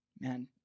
man